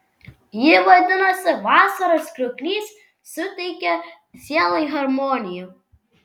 ji vadinasi vasaros krioklys suteikia sielai harmoniją